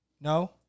No